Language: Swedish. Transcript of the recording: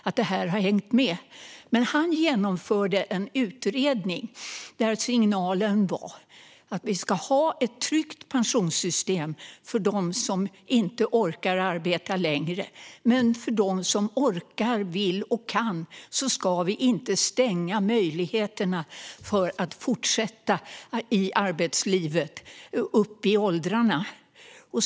Gustav Möller genomförde en utredning, där signalen var att vi ska ha ett tryggt pensionssystem för dem som inte orkar arbeta längre, men för dem som orkar, vill och kan ska vi inte stänga möjligheterna att fortsätta i arbetslivet upp i åldrarna.